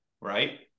right